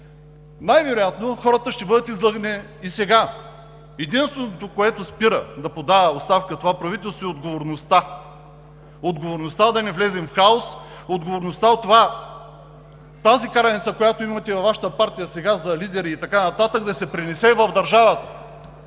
Най-вероятно хората ще бъдат излъгани и сега. Единственото, което спира това правителство да подаде оставка, е отговорността. Отговорността да не влезем в хаос, отговорността от това караницата, която имате във Вашата партия сега за лидер и така нататък, да се пренесе в държавата.